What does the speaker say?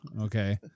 okay